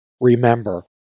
remember